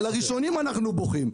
על הראשונים אנחנו בוכים.